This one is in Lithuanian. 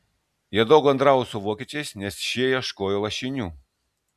jie daug bendravo su vokiečiais nes šie ieškojo lašinių